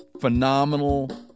phenomenal